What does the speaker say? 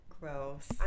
Gross